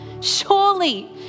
Surely